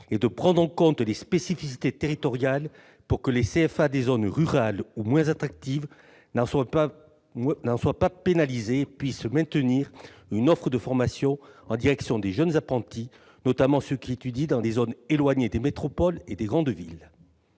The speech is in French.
que de prendre en compte les spécificités territoriales, pour que les CFA des zones rurales ou moins attractives ne soient pas pénalisés et puissent maintenir une offre de formation en direction des jeunes apprentis, notamment ceux qui étudient dans les zones éloignées des métropoles et des grandes villes.